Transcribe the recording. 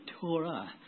Torah